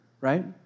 right